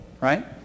right